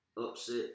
Upset